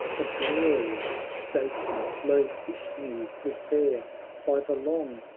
a glorious station, lo! vishnu was there by the long,